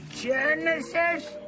Genesis